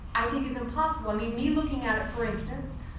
i think is impossible. i mean me looking at for instance,